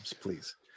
Please